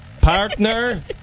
Partner